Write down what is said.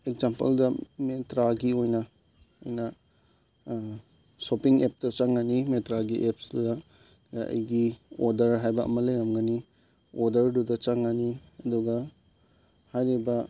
ꯑꯦꯛꯖꯥꯝꯄꯜꯗ ꯃꯦꯟꯇ꯭ꯔꯥꯒꯤ ꯑꯣꯏꯅ ꯑꯩꯅ ꯁꯣꯞꯄꯤꯡ ꯑꯦꯞꯇ ꯆꯪꯉꯅꯤ ꯃꯦꯇ꯭ꯔꯥꯒꯤ ꯑꯦꯞꯁꯇꯨꯗ ꯑꯗ ꯑꯩꯒꯤ ꯑꯣꯔꯗꯔ ꯍꯥꯏꯕ ꯑꯃ ꯂꯩꯔꯝꯒꯅꯤ ꯑꯣꯔꯗꯔꯗꯨꯗ ꯆꯪꯉꯅꯤ ꯑꯗꯨꯒ ꯍꯥꯏꯔꯤꯕ